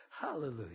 Hallelujah